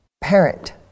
parent